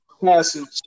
passage